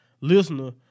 listener